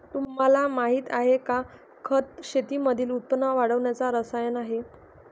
तुम्हाला माहिती आहे का? खत शेतीमधील उत्पन्न वाढवण्याच रसायन आहे